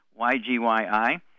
YGYI